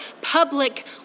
public